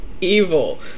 Evil